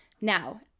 Now